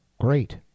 Great